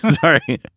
sorry